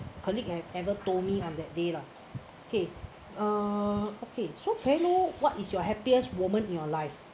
colleague have ever told me that day lah okay uh okay so can I know what is your happiest moment in your life